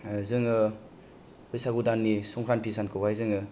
जोङो बैसागु दाननि संख्रान्थि सानखौहाय जोङो